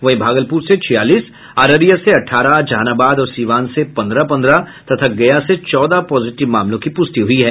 वहीं भागलपुर से छियालीस अररिया से अठारह जहानाबाद और सीवान से पन्द्रह पन्द्रह तथा गया से चौदह पॉजिटिव मामलों की पुष्टि हुई है